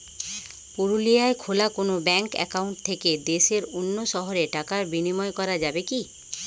পুরুলিয়ায় খোলা কোনো ব্যাঙ্ক অ্যাকাউন্ট থেকে দেশের অন্য শহরে টাকার বিনিময় করা যাবে কি?